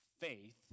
faith